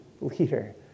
leader